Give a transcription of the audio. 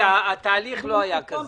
התהליך לא היה כזה.